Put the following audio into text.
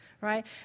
right